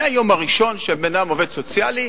מהיום הראשון שהבן-אדם עובד סוציאלי,